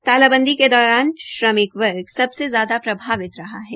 तालाबंदी के दौरान श्रमिक वर्ग सबसे ज्यादा प्रभावित रहा है